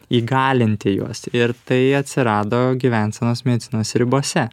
įgalinti juos ir tai atsirado gyvensenos medicinos ribose